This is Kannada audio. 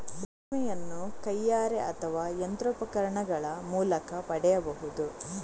ರೇಷ್ಮೆಯನ್ನು ಕೈಯಾರೆ ಅಥವಾ ಯಂತ್ರೋಪಕರಣಗಳ ಮೂಲಕ ಪಡೆಯಬಹುದು